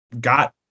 got